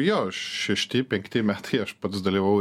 jo šešti penkti metai aš pats dalyvavau